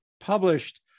published